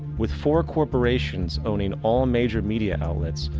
with four corporations owning all major media outlets,